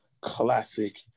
classic